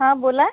हां बोला